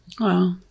Wow